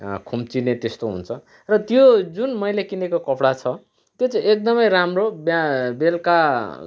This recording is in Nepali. खुम्चिने त्यस्तो हुन्छ र त्यो जुन मैले किनेको कपडा छ त्यो चाहिँ एकदमै राम्रो बिहान बेलुका